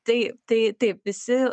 tai tai taip visi